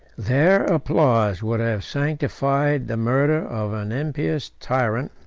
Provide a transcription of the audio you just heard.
their applause would have sanctified the murder of an impious tyrant,